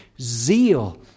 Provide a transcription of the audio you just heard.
zeal